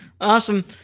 Awesome